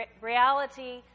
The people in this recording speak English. reality